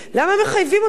למה מחייבים אותן?